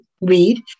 read